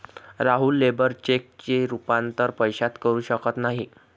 Rahul labour चेकचे रूपांतर पैशात करू शकत नाही